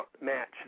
match